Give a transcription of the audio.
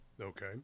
Okay